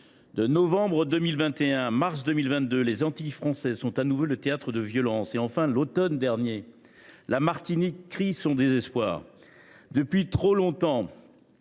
De novembre 2021 à mars 2022, les Antilles françaises sont de nouveau le théâtre de violences. Enfin, à l’automne dernier, la Martinique crie son désespoir. Depuis trop longtemps,